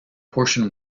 portion